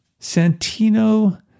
Santino